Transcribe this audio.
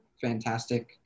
fantastic